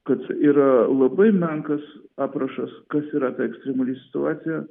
kad yra labai menkas aprašas kas yra ta ekstremali situacija